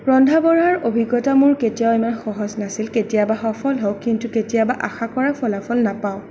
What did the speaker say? ৰন্ধা বঢ়াৰ অভিজ্ঞতা মোৰ কেতিয়াও ইমান সহজ নাছিল কেতিয়াবা সফল হওঁ কিন্তু কেতিয়াবা আশা কৰা ফলাফল নাপাঁও